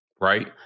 right